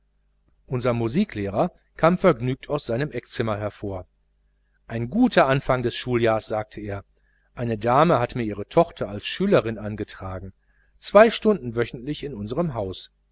unser musiklehrer kam vergnügt aus seinem eckzimmer hervor ein guter anfang des schuljahrs sagte er die dame hat mir ihre tochter als schülerin angetragen zwei stunden wöchentlich in unserem haus